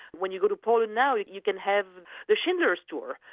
when you go to poland now, you can have the schindler's tour,